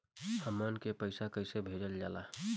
हमन के पईसा कइसे भेजल जाला?